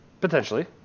Potentially